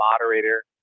moderator